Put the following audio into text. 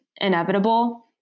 inevitable